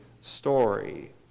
story